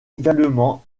également